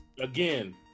Again